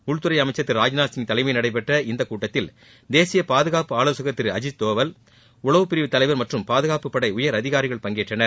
உள்துறை அமைச்சர் திரு ராஜ்நாத்சிங் தலைமையில் நடைபெற்ற இக்கூட்டத்தில் தேசிய பாதுகாப்பு ஆலோசகர் திரு அஜித் தோவல் உளவுப் பிரிவு தலைவர் மற்றும் பாதுகாப்பு படை உயர் அதிகாரிகள் பங்கேற்றனர்